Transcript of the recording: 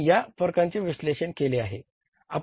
आणि आता आपण या फरकांचे विश्लेषण केले आहे